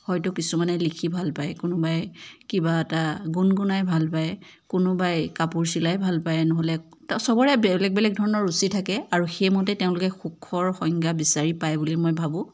হয়তো কিছুমানে লিখি ভাল পায় কোনোবাই কিবা এটা গুনগুনাই ভাল পায় কোনোবাই কাপোৰ চিলাই ভাল পায় নহ'লে চবৰে বেলেগধৰণৰ ৰুচি থাকে আৰু সেইমতে তেওঁলোকে সুখৰ সংজ্ঞা বিচাৰি পায় বুলি মই ভাবোঁ